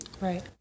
Right